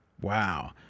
Wow